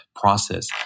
process